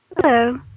Hello